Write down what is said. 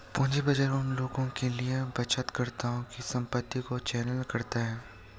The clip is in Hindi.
पूंजी बाजार उन लोगों के लिए बचतकर्ताओं की संपत्ति को चैनल करते हैं